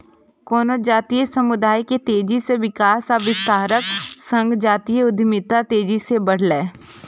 कोनो जातीय समुदाय के तेजी सं विकास आ विस्तारक संग जातीय उद्यमिता तेजी सं बढ़लैए